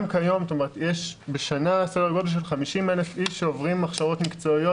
גם כיום יש סדר גודל בשנה של 50,000 איש שעוברים הכשרות מקצועיות,